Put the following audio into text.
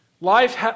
Life